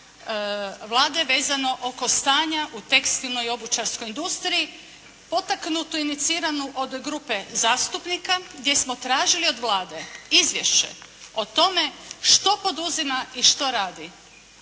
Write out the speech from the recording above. Vlade vezano oko stanja u tekstilnoj i obućarskoj industriji potaknutu, iniciranu od grupe zastupnika gdje smo tražili od Vlade izvješće o tome što poduzima i što radi